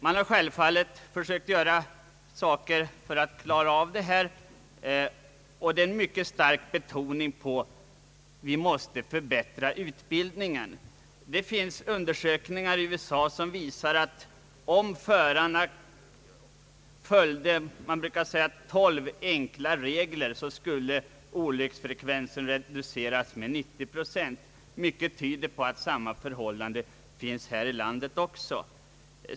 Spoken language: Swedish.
Man har självfallet försökt angripa problemet med en mycket stark betoning på kravet om en förbättrad utbildning. Undersökningar i USA visar att om förarna följde vad man kallar »tolv enkla regler» skulle olycksfrekvensen reduceras med 90 procent. Mycket tyder på att detsamma skulle gälla också i vårt land.